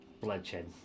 Bloodshed